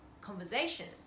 conversations